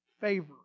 favor